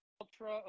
ultra